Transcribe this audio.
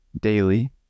daily